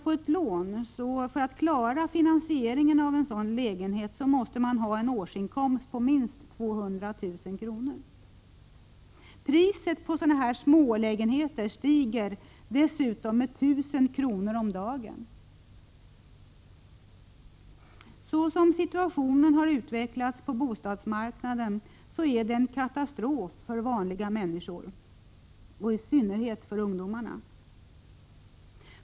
För att klara finansieringen av en sådan lägenhet, om man lyckas få ett lån, måste man ha en årsinkomst på minst 200 000 kr. Priset på de små ungdomslägenheterna stiger dessutom med 1 000 kr. om dagen. Så som situationen utvecklats på bostadsmarknaden är det en katastrof för vanliga människor — och i synnerhet för ungdomar.